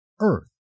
Earth